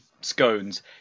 scones